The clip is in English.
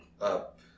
up